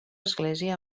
església